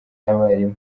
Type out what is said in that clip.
abarimu